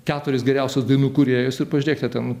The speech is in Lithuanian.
keturis geriausius dainų kūrėjus ir pažiūrėkite ten